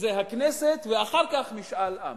שזה הכנסת, ואחר כך משאל עם.